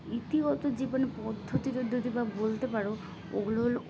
ইতিগত জীবনে পদ্ধতি টদ্ধতি বা বলতে পারো ওগুলো হলো